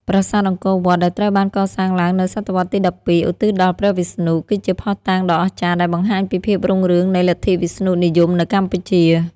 ប្រាសាទអង្គរវត្ត ដែលត្រូវបានកសាងឡើងនៅសតវត្សរ៍ទី ១២ ឧទ្ទិសដល់ព្រះវិស្ណុ គឺជាភស្តុតាងដ៏អស្ចារ្យដែលបង្ហាញពីភាពរុងរឿងនៃលទ្ធិវិស្ណុនិយមនៅកម្ពុជា។